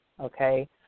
okay